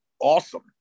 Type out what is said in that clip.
awesome